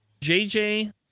JJ